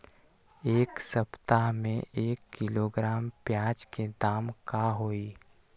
एक सप्ताह में एक किलोग्राम प्याज के दाम का होई?